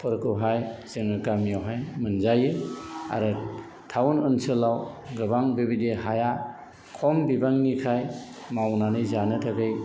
फोरखौहाय जोङो गामियावहाय मोनजायो आरो टाउन ओनसोलाव गोबां बिबायदि हाया खम बिबांनिखाय मावनानै जानो थाखाय